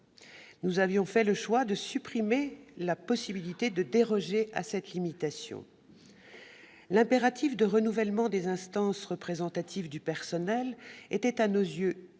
Nous avions fait le choix de supprimer la possibilité de déroger à cette limitation. L'impératif de renouvellement des instances représentatives du personnel était, à nos yeux,